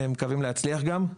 מקווים להצליח גם.